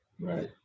right